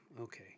Okay